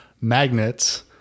magnets